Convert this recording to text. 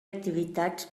activitats